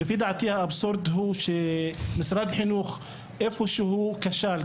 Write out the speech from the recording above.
האבסורד הוא שמשרד החינוך איפשהו כשל,